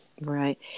right